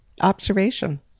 observation